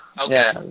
Okay